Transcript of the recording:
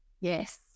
Yes